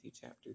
chapter